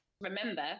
remember